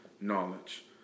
knowledge